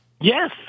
Yes